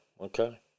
Okay